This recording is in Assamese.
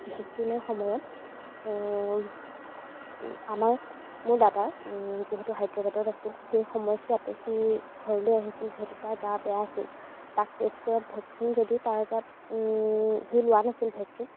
ভেকচিনৰ সময়ত আমাৰ মোৰ দাদা যিহেতু হায়দৰাবাদত আছিল সেই সময়ছোৱাতে সি ঘৰলৈ আহিছিল যিহেতু তাৰ গা বেয়া আছিল তাক টেষ্ট কৰাত ভেকচিন যদিও তাৰ গাত সি লোৱা নাছিল ভেকচিন